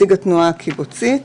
נציג התנועה הקיבוצית.